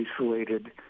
isolated